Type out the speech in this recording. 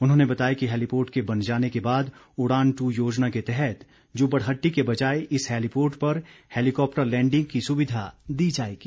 उन्होंने बताया कि हैलीपोर्ट के बन जाने के बाद उड़ान टू योजना के तहत जुब्बड़हट्टी के बजाय इस हैलीपोर्ट पर हैलीकॉप्टर लैंडिंग की सुविधा दी जाएगी